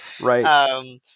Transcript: Right